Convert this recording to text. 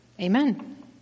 Amen